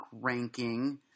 ranking